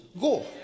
go